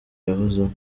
yahozemo